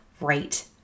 right